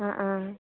ആ ആ